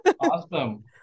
Awesome